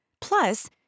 Plus